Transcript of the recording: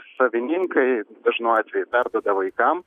savininkai dažnu atveju perduoda vaikam